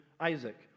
Isaac